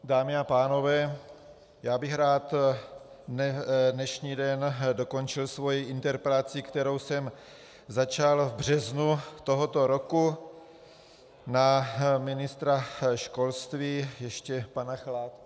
Dámy a pánové, rád bych dnešní den dokončil svou interpelaci, kterou jsem začal v březnu tohoto roku na ministra školství, ještě pana Chládka.